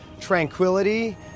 tranquility